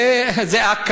זו לא החלטה,